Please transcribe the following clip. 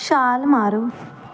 ਛਾਲ ਮਾਰੋ